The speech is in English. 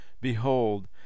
Behold